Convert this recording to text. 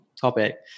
topic